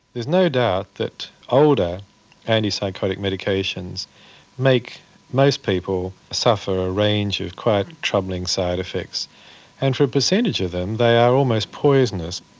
there's no doubt that older antipsychotic medications make most people suffer a range of quite troubling side-effects. and for a percentage of them they are almost poisonous.